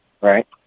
right